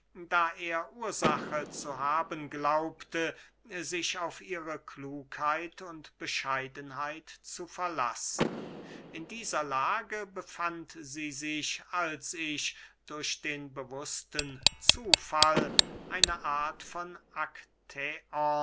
da er ursache zu haben glaubte sich auf ihre klugheit und bescheidenheit zu verlassen in dieser lage befand sie sich als ich durch den bewußten zufall eine art von